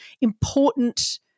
important